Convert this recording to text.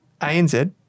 ANZ